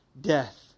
death